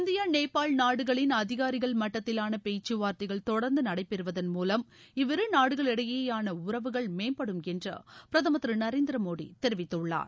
India Nepal நாடுகளின் அதிகாரிகள் மட்டத்திலான பேச்சுவார்த்தைகளைத் தொடர்ந்து நடைபெறுவதன் மூவம் இவ்விரு நாடுகளிடையேயான உறவுகள் மேம்படும் என்று பிரதமர் திரு நரேந்திர மோடி தெரிவித்துள்ளார்